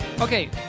Okay